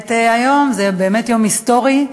את היום, זה באמת יום היסטורי,